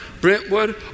Brentwood